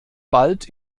bald